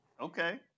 Okay